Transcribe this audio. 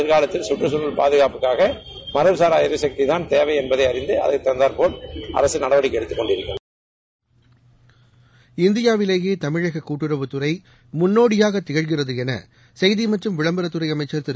எதிர்காலத்தில் கற்றுச்சூழல் பாதுகாப்புக்காக மரபுசாரா எரிசக்திதான் தேவை என்பதை அறிந்து அதற்கேற்றாற்போல் அரசு செயல்பட்டுக் கொண்டிருக்கிறது இந்தியாவிலேயே தமிழக கூட்டுறவுத்துறை முன்னோடியாகத் திகழ்கிறது என செய்தி மற்றும் விளம்பரத்துறை அமைச்சர் திரு